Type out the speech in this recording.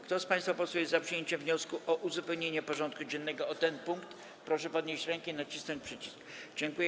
Kto z państwa posłów jest za przyjęciem wniosku o uzupełnienie porządku dziennego o ten punkt, proszę podnieść rękę i nacisnąć przycisk.